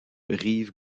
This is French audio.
rive